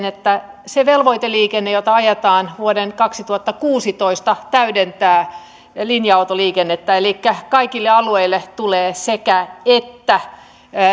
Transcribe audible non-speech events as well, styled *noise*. *unintelligible* että se velvoiteliikenne jota ajetaan vuodelle kaksituhattakuusitoista täydentää linja autoliikennettä elikkä kaikille alueille tulee sekä että